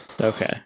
okay